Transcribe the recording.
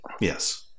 yes